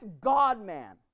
God-man